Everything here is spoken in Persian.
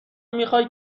میخای